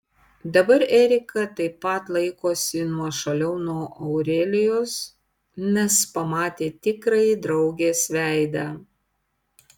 dabar erika taip pat laikosi nuošaliau nuo aurelijos nes pamatė tikrąjį draugės veidą